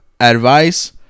advice